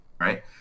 right